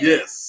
Yes